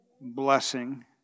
blessing